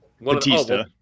Batista